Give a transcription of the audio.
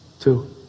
Two